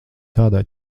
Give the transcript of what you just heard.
tādā